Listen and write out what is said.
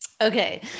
Okay